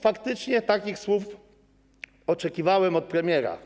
Faktycznie takich słów oczekiwałem od premiera.